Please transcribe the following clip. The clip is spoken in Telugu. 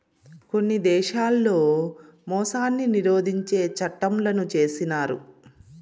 కొన్ని దేశాల్లో మోసాన్ని నిరోధించే చట్టంలను చేసినారు